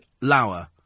Lauer